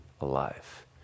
alive